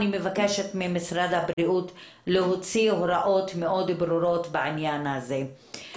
אני מבקשת ממשרד הבריאות להוציא הוראות מאוד ברורות בעניין הזה.